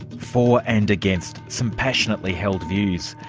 for and against. some passionately held views.